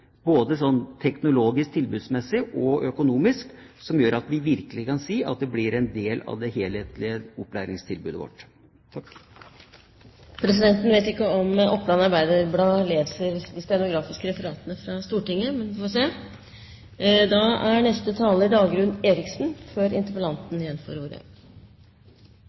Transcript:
teknologisk, tilbudsmessig og økonomisk – som gjør at vi virkelig kan si at det blir en del av det helhetlige opplæringstilbudet vårt. Presidenten vet ikke om man i Oppland Arbeiderblad leser de stenografiske referatene fra Stortinget, men vi får se!